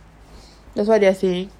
that's why they are saying